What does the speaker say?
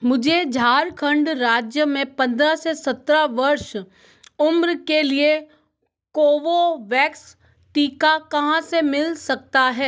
मुझे झारखंड राज्य में पंद्रह से सत्रह वर्ष उम्र के लिए कोवोवैक्स टीका कहाँ से मिल सकता है